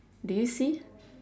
do you see